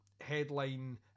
headline